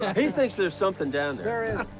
he thinks there's something down there.